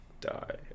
die